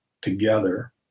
together